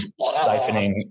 siphoning